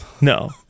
No